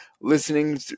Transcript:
listening